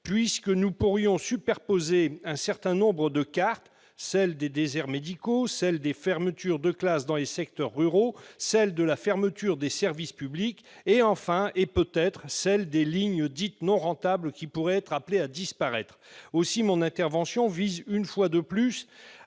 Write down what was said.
puisque nous pourrions superposer plusieurs cartes : celle des déserts médicaux, celle des fermetures de classes dans les secteurs ruraux, celle des fermetures de services publics et, enfin, celle des lignes dites « non rentables » qui pourraient être appelées à disparaître ! Mon intervention vise une fois de plus